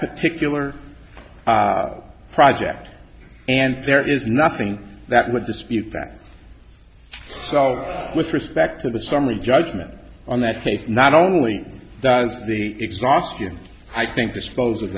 particular project and there is nothing that would dispute that so with respect to the summary judgment on that case not only does the exhaustion i think dispose of